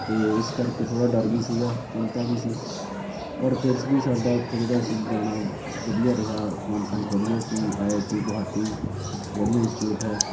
ਅਤੇ ਇਸ ਕਰਕੇ ਥੋੜ੍ਹਾ ਡਰ ਵੀ ਸੀਗਾ ਚਿੰਤਾ ਵੀ ਸੀ ਪਰ ਫਿਰ ਵੀ ਸਾਡਾ ਉੱਥੇ ਜਿਹੜਾ ਸੀ ਜਾਣਾ ਵਧੀਆ ਰਿਹਾ ਕੌਨਫਰੰਸ ਵਧੀਆ ਸੀ ਆਈਆਈਟੀ ਗੁਹਾਟੀ ਵਧੀਆ ਇੰਸਟੀਚਿਊਟ ਹੈ